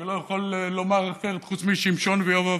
אני לא יכול לומר אחרת חוץ משמשון ויובב,